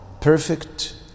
perfect